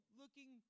looking